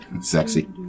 sexy